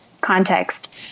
context